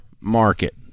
market